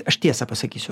aš tiesą pasakysiu